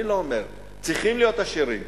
אני לא אומר, צריכים להיות עשירים,